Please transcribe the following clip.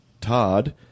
Todd